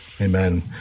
Amen